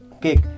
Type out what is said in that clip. cake